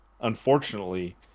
unfortunately